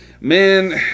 man